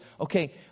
Okay